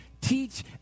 teach